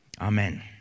amen